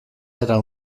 era